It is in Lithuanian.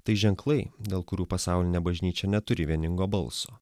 tai ženklai dėl kurių pasaulinė bažnyčia neturi vieningo balso